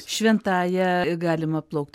šventąja galima plaukti